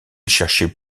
cherchait